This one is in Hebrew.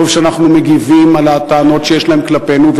טוב שאנחנו מגיבים על הטענות שיש להם כלפינו.